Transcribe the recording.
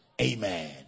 amen